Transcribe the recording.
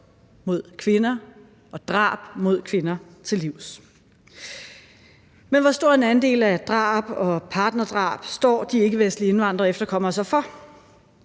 mod kvinder og drab mod kvinder til livs. Men hvor stor en andel af drab og partnerdrab står de ikkevestlige indvandrere og efterkommere så for?